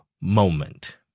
moment